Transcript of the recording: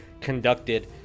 conducted